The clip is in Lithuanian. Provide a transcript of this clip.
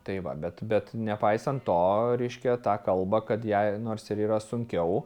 tai va bet bet nepaisant to reiškia tą kalbą kad jai nors ir yra sunkiau